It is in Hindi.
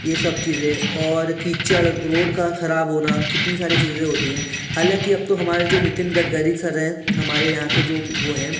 ये सब चीज़ें और कीचड़ रोड का खराब होना कितनी सारी चीज़ें होती हैं हालाँकि अब तो हमारे जो नितिन गडकरी सर हैं हमारे यहाँ के जो वो हैं